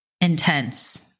intense